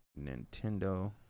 Nintendo